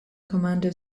commander